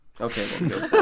Okay